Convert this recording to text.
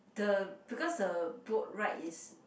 the because the boat ride is